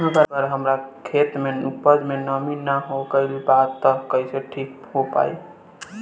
अगर हमार खेत में उपज में नमी न हो गइल बा त कइसे ठीक हो पाई?